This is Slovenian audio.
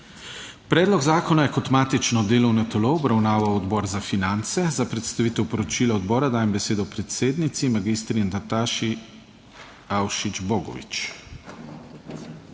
Predlog zakona je kot matično delovno telo obravnaval Odbor za finance. Za predstavitev poročila odbora dajem besedo predsednici magistri Nataši Avšič Bogovič.